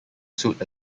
suit